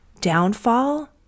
downfall